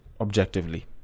objectively